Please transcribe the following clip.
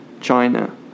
China